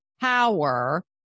power